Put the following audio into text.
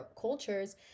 cultures